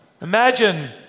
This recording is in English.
Imagine